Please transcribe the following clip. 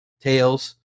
Tails